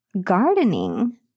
gardening